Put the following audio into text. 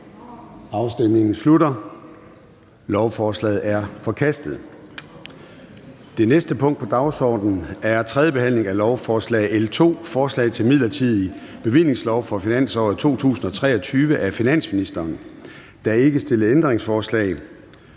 stemte 0. Lovforslaget er forkastet. --- Det næste punkt på dagsordenen er: 2) 3. behandling af lovforslag nr. L 2: Forslag til midlertidig bevillingslov for finansåret 2023. Af finansministeren (Nicolai Wammen).